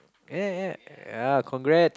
ya ya ya congrats